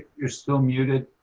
you're still muted.